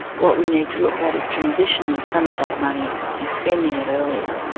what we need to look at is transitioning some of that money and spending it earlier,